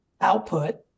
output